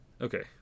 okay